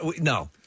No